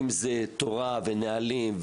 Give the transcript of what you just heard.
אם זה תו"ל, נהלים,